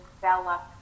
develop